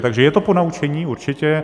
Takže je to ponaučení, určitě.